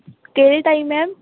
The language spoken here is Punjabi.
ਕਿਹੜੇ ਟਾਈਮ ਮੈਮ